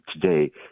today